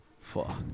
Fuck